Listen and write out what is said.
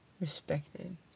Respected